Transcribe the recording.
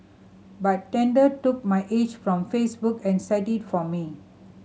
but Tinder took my age from Facebook and set it for me